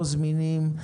לא זמינים,